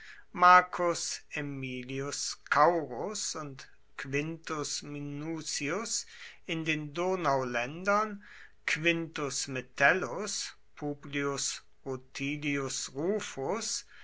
marcus aemilius scaurus und quintus minucius in den donauländern quintus metellus publius rutilius rufus